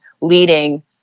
leading